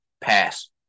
Pass